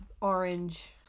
orange